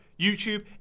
YouTube